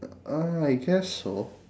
ah I guess so